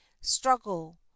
struggle